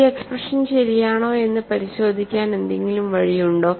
ഈ എക്സ്പ്രഷൻ ശരിയാണോയെന്ന് പരിശോധിക്കാൻ എന്തെങ്കിലും വഴിയുണ്ടോ